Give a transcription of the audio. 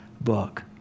book